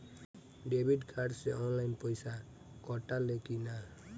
Debit card से online पैसा कटा ले कि ना?